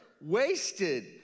wasted